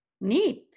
Neat